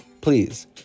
Please